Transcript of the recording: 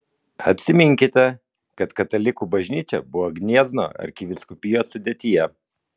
atsiminkite kad katalikų bažnyčia buvo gniezno arkivyskupijos sudėtyje